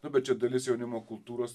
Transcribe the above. nu bet čia dalis jaunimo kultūros